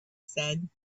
said